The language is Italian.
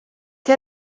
che